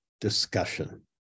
discussion